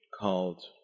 called